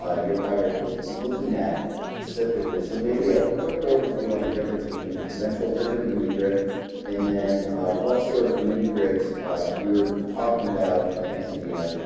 ah your project was looking at specifically. so maybe a quick overview on the difference between the conventional grid and a mini grid and then what sort of mini grids you were talking about in tanzania.